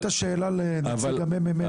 אני אעביר את השאלה לנציג הממ"מ.